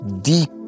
deep